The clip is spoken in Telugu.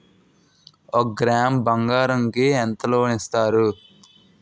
ఒక గ్రాము బంగారం కి ఎంత లోన్ ఇస్తారు?